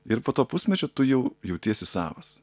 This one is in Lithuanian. ir po to pusmečio tu jau jautiesi savas